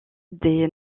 des